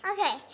Okay